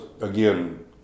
again